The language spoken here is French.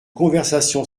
conversation